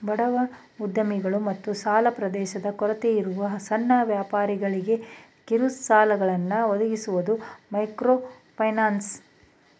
ಬಡವ ಉದ್ಯಮಿಗಳು ಮತ್ತು ಸಾಲ ಪ್ರವೇಶದ ಕೊರತೆಯಿರುವ ಸಣ್ಣ ವ್ಯಾಪಾರಿಗಳ್ಗೆ ಕಿರುಸಾಲಗಳನ್ನ ಒದಗಿಸುವುದು ಮೈಕ್ರೋಫೈನಾನ್ಸ್